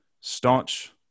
Staunch